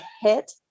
hit